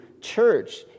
church